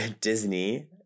Disney